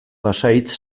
pasahitz